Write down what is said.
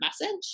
message